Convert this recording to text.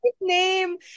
name